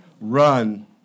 Run